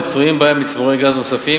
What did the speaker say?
מצויים בים מצבורי גז נוספים,